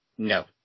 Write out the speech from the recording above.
No